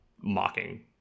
mocking